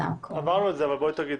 אנחנו עוד לא שם.